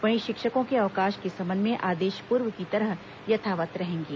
वहीं शिक्षकों के अवकाश के संबंध में आदेश पूर्व की तरह यथावत रहेंगे